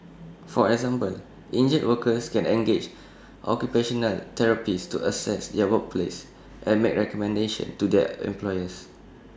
for example injured workers can engage occupational therapists to assess their workplace and make recommendations to their employers